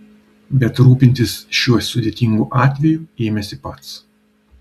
bet rūpintis šiuo sudėtingu atveju ėmėsi pats